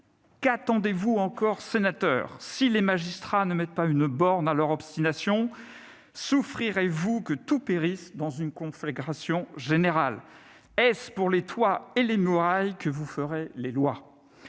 Qu'attendez-vous encore, sénateurs ? Si les [magistrats] ne mettent pas une borne à leur obstination, souffrirez-vous que tout périsse dans une conflagration générale ?[...] Est-ce pour les toits et les murailles que vous ferez des lois ?